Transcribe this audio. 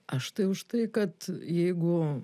ašt ai už tai kad jeigu